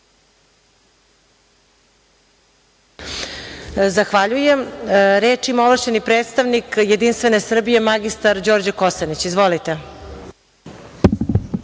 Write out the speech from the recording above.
Zahvaljujem. Reč ima ovlašćeni predstavnik Jedinstvene Srbije, mr Đorđe Kosanić. Izvolite.